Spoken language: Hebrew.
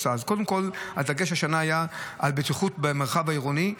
הדגש השנה היה על בטיחות במרחב העירוני.